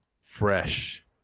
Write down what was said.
fresh